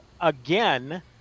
again